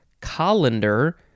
colander